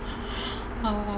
ah